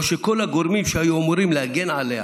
או שכל הגורמים שהיו אמורים להגן עליו